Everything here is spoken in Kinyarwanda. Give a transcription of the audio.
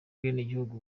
bwenegihugu